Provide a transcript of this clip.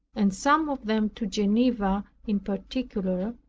and some of them to geneva in particular,